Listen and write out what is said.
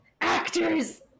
actors